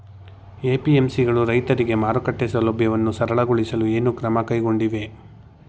APMC ಗಳು ರೈತರಿಗೆ ಮಾರುಕಟ್ಟೆ ಸೌಲಭ್ಯವನ್ನು ಸರಳಗೊಳಿಸಲು ಏನು ಕ್ರಮ ಕೈಗೊಂಡಿವೆ?